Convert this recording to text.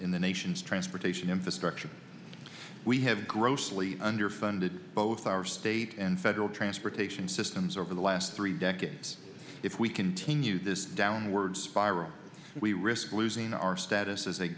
in the nation's transportation infrastructure we have grossly underfunded both our state and federal transportation systems over the last three decades if we continue this downward spiral we risk losing our status as a